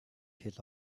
хэл